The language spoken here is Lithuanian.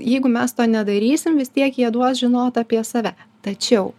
jeigu mes to nedarysim vis tiek jie duos žinot apie save tačiau